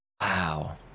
Wow